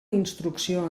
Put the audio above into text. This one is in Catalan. instrucció